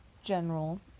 General